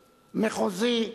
מחוזי.